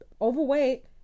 overweight